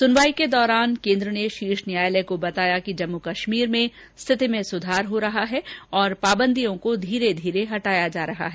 सुनवाई के दौरान केन्द्र ने शीर्ष न्यायालय को बताया कि जम्मू कश्मीर में स्थिति में सुधार हो रहा है और पाबंदियों को धीरे धीरे हटाया जा रहा है